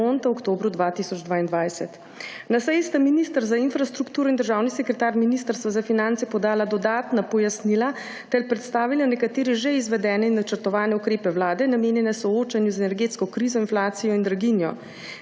oktobru 2022. Na seji sta minister za infrastrukturo in državni sekretar Ministrstva za finance podala dodatna pojasnila ter predstavila nekatere že izvedene in načrtovane ukrepe vlade, namenjene soočanju z energetsko krizo, inflacijo in draginjo.